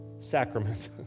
sacrament